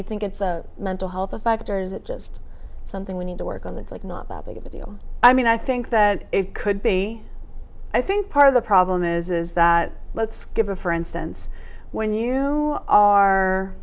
you think it's a mental health of factors that just something we need to work on that's like not that big of a deal i mean i think that it could be i think part of the problem is is that let's give a for instance when you are